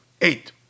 eight